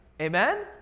amen